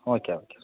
okay okay